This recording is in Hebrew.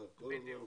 בדיוק.